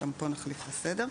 גם פה נחליף את הסדר.